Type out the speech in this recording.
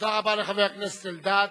תודה רבה לחבר הכנסת אלדד.